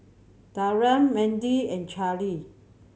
Taryn Mendy and Charly